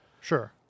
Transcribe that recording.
Sure